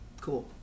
cool